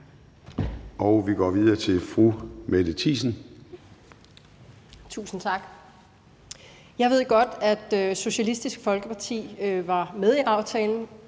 Mette Thiesen. Kl. 13:48 Mette Thiesen (UFG): Tusind tak. Jeg ved godt, at Socialistisk Folkeparti var med i aftalen.